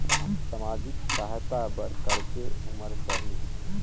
समाजिक सहायता बर करेके उमर चाही?